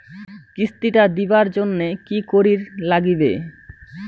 কিস্তি টা দিবার জন্যে কি করির লাগিবে?